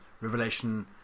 Revelation